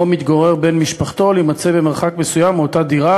מתגורר בן משפחתו או להימצא במרחק מסוים מאותה דירה,